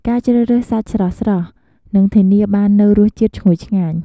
ការជ្រើសរើសសាច់ស្រស់ៗ នឹងធានាបាននូវរសជាតិឈ្ងុយឆ្ងាញ់។